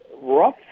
rough